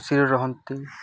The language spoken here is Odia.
ଖୁସିିରେ ରହନ୍ତି